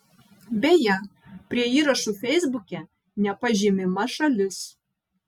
beje prie įrašų feisbuke nepažymima šalis